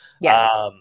Yes